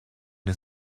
his